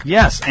Yes